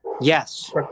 Yes